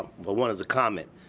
well, one is a comment.